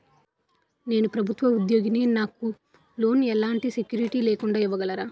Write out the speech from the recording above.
నేను ప్రభుత్వ ఉద్యోగిని, నాకు లోన్ ఎలాంటి సెక్యూరిటీ లేకుండా ఇవ్వగలరా?